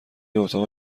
اتاق